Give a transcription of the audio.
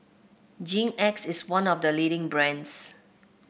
Hygin X is one of the leading brands